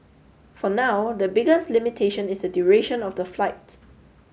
for now the biggest limitation is the duration of the flight